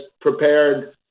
prepared